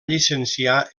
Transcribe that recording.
llicenciar